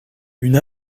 une